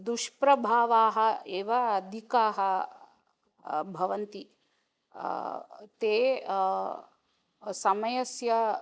दुष्प्रभावाः एव अधिकाः भवन्ति ते समयस्य